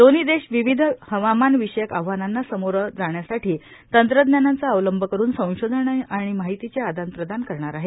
दोन्ही देश विविध हवामान विषयक आव्हानांना सामोरं जाण्यासाठी तंत्रज्ञानाचा अवलंब करून संशोधन आणि माहितीचे आदान प्रदान करणार आहे